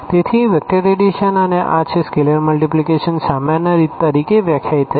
તેથી અહીં vector addition અને આ છે સ્કેલર મલ્ટીપ્લીકેશન સામાન્ય તરીકે વ્યાખ્યાયિત થયેલ છે